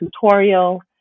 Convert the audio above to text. tutorial